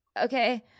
Okay